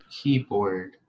keyboard